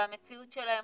והמציאות שלהם